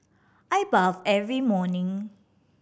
I bathe every morning